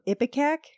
Ipecac